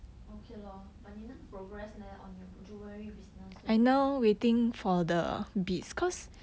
okay lor but 你那个 progress leh on your jewellery business so far